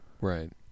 Right